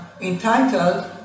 entitled